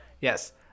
Yes